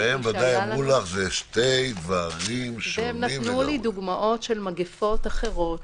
הם נתנו לי דוגמאות של מגפות אחרות,